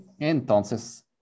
Entonces